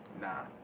Nah